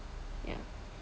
yeah